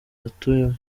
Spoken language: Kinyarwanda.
atuyemo